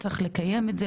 צריך לקיים את זה,